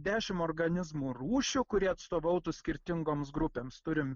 dešim organizmų rūšių kuri atstovautų skirtingoms grupėms turim